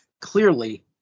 Clearly